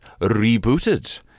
rebooted